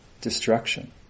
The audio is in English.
destruction